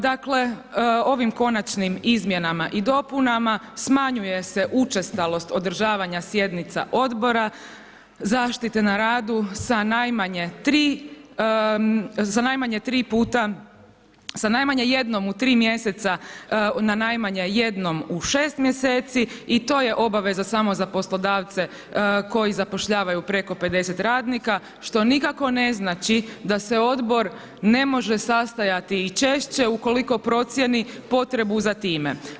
Dakle ovim konačnim izmjenama i dopunama smanjuje se učestalost održavanja sjednica odbora zaštite na radu sa najmanje jednom u 3 mjeseca na najmanje jednom u 6 mjeseci i to je obaveza samo za poslodavce koji zapošljavaju preko 50 radnika, što nikako ne znači da se odbor ne može sastajati i češće ukoliko procijeni potrebu za time.